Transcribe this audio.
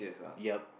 yup